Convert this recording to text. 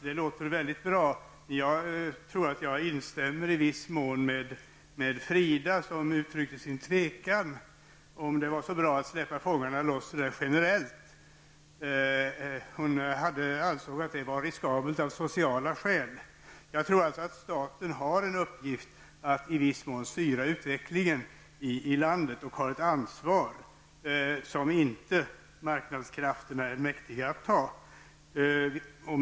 Detta låter väldigt bra, men jag instämmer med Frida som uttryckte sin tvekan till om det var så bra att släppa fångarna loss så där generellt. Hon ansåg att det var riskabelt av sociala skäl. Jag tror alltså att staten har en uppgift att i viss mån styra utvecklingen i landet och ta ett ansvar, som marknadskrafterna inte är mäktiga att ta.